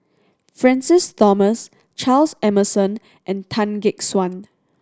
Francis Thomas Charles Emmerson and Tan Gek Suan